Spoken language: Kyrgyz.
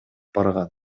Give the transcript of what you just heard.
барган